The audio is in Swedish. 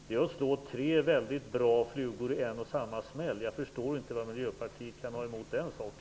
Det är att slå tre mycket bra flugor i samma smäll. Jag förstår inte vad Miljöpartiet kan ha emot den saken.